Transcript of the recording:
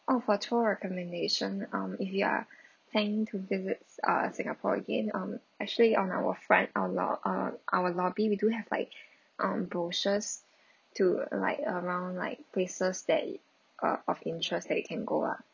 oh for tour recommendation um if you are plan to visits uh singapore again um actually on our front our lo~ uh our lobby we do have like um brochures to like around like places that uh of interest that you can go lah